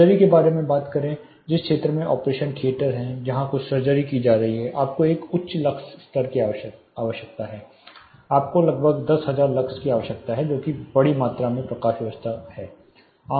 surgery के बारे में बात करें जिस क्षेत्र में एक ऑपरेशन थियेटर है वहां कुछ सर्जरी की जा रही हैं आपको एक बहुत ही उच्च लक्स स्तर की आवश्यकता है आपको लगभग 10000 लक्स की आवश्यकता है जो कि बहुत बड़ी मात्रा में प्रकाश व्यवस्था की आवश्यकता होती है